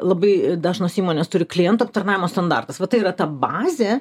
labai dažnos įmonės turi klientų aptarnavimo standartus va tai yra ta bazė